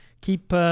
keep